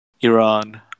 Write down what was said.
Iran